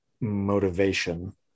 motivation